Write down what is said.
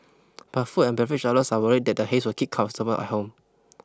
but food and beverage outlets are worried that the haze will keep customers at home